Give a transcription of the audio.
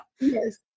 Yes